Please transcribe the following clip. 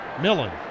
Millen